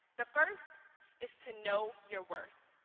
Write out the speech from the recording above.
the first is to know your worth.